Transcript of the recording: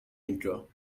intro